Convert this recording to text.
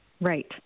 Right